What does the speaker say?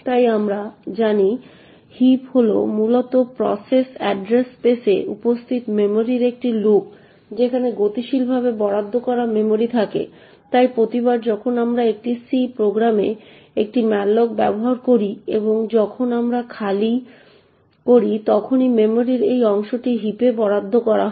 তাই আমরা জানি হিপ হল মূলত প্রসেস অ্যাড্রেস স্পেসে উপস্থিত মেমরির একটি পুল যেখানে গতিশীলভাবে বরাদ্দ করা মেমরি থাকে তাই প্রতিবার যখন আমরা একটি সি প্রোগ্রামে একটি ম্যালোক ব্যবহার করি এবং যখন আমরা খালি করি তখনই মেমরির একটি অংশ হিপে বরাদ্দ করা হয়